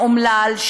האומלל,